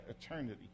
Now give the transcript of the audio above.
eternity